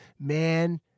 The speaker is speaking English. man